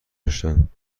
داشتند